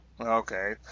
Okay